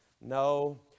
No